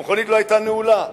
המכונית לא היתה נעולה.